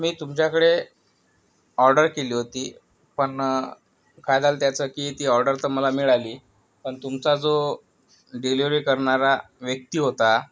मी तुमच्याकडे ऑर्डर केली होती पण काय झालं त्याचं की ती ऑर्डर तर मला मिळाली पण तुमचा जो डिलिव्हरी करणारा व्यक्ती होता